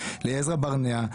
לעזרה ברנע,